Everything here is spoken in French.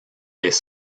les